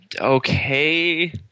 Okay